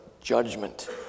judgment